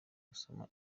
gusoma